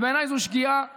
ובעיניי זו שגיאה קשה.